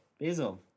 Basil